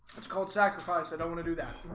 that's cold sacrifice, i don't wanna do that